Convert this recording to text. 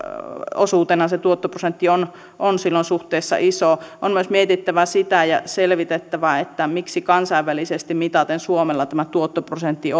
osuutena se tuottoprosentti ja se on silloin suhteessa iso on myös mietittävä ja selvitettävä sitä miksi kansainvälisesti mitaten suomella tämä tuottoprosentti